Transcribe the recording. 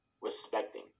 respecting